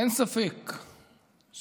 אין ספק שמהפכת